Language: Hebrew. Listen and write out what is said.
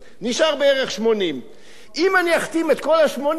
נשארים בערך 80. אם אני אחתים את כל ה-80,